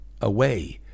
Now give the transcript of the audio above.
away